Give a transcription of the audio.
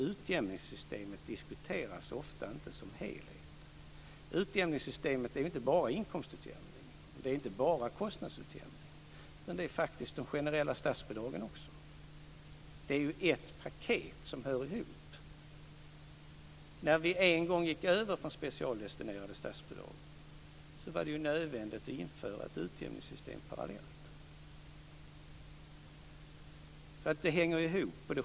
Utjämningssystemet diskuteras oftast inte som en helhet. Utjämningssystemet är inte bara inkomstutjämningen och kostnadsutjämningen, utan det är faktiskt också de generella statsbidragen. Det är ett paket där det här hör ihop. När vi en gång gick över från specialdestinerade statsbidrag var det ju nödvändigt att införa ett utjämningssystem parallellt.